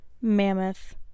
mammoth